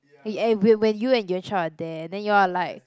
eh eh and when when you and Yuan-Chao are there then you are like